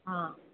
हां